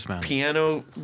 piano